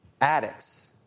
addicts